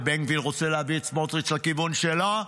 ובן גביר רוצה להביא את סמוטריץ' לכיוון שלו,